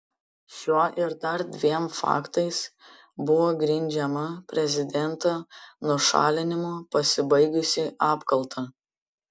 šiuo ir dar dviem faktais buvo grindžiama prezidento nušalinimu pasibaigusi apkalta